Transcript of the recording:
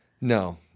No